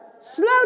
Slow